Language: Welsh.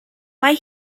mae